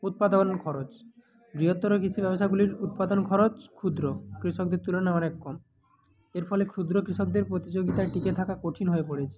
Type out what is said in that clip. উৎপাদন খরচ বৃহত্তর কৃষি ব্যবসাগুলির উৎপাদন খরচ ক্ষুদ্র কৃষকদের তুলনায় অনেক কম এর ফলে ক্ষুদ্র কৃষকদের প্রতিযোগিতায় টিকে থাকা কঠিন হয়ে পড়েছে